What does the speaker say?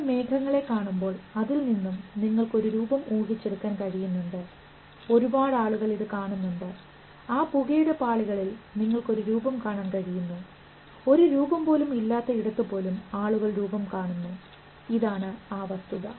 നിങ്ങൾ മേഘങ്ങളെ കാണുമ്പോൾ അതിൽ നിന്നും നിങ്ങൾക്ക് ഒരു രൂപംഊഹിച്ച് എടുക്കാൻ കഴിയുന്നുണ്ട് ഒരുപാട് ആളുകൾ ഇത് കാണുന്നുണ്ട് ആ പുകയുടെ പാളികളിൽ നിങ്ങൾക്ക് ഒരു രൂപം കാണാൻ കഴിയുന്നു ഒരു രൂപം പോലും ഇല്ലാത്ത ഇടത്തു പോലും ആളുകൾ രൂപം കാണുന്നു ഇതാണ് ആ വസ്തുത